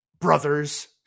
Brothers